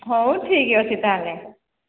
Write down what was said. ହଉ ଠିକ ଅଛି ତା'ହେଲେ